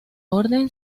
orden